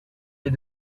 est